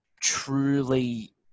Truly